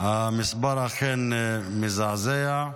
המספר אכן מזעזע,